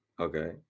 Okay